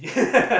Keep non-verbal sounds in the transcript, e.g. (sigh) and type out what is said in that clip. (laughs)